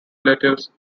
relatives